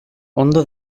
ondo